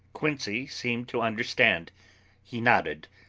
quincey seemed to understand he nodded,